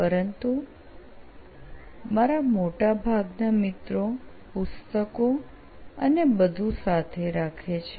પરંતુ મારા મોટા ભાગના મિત્રો પુસ્તકો અને બધું સાથે રાખે છે